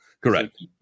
Correct